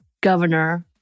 governor